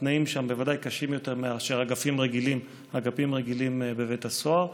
התנאים שם בוודאי קשים יותר מאשר אגפים רגילים בבית הסוהר.